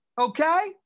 Okay